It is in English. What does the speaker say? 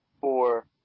four